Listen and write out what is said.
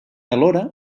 alhora